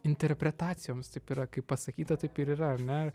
interpretacijoms taip yra kaip pasakyta taip ir yra ar ne